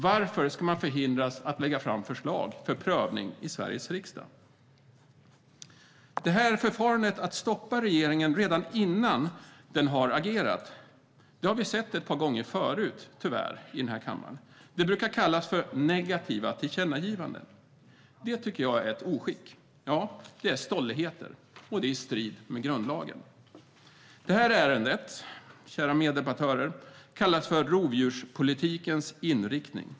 Varför ska man förhindras att lägga fram förslag för prövning i Sveriges riksdag? Förfarandet att stoppa regeringen redan innan den har agerat har vi tyvärr sett ett par gånger förut i kammaren. Det brukar kallas för negativa tillkännagivanden. Det tycker jag är ett oskick. Ja, det är stolligheter, och det är i strid med grundlagen. Det här ärendet, kära meddebattörer, kallas för rovdjurspolitikens inriktning.